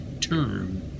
term